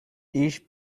ich